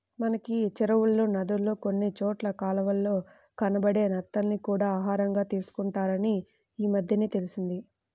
మనకి చెరువుల్లో, నదుల్లో కొన్ని చోట్ల కాలవల్లో కనబడే నత్తల్ని కూడా ఆహారంగా తీసుకుంటారని ఈమద్దెనే తెలిసింది